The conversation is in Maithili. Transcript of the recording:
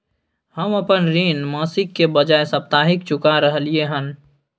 हम अपन ऋण मासिक के बजाय साप्ताहिक चुका रहलियै हन